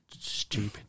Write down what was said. Stupid